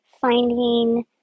finding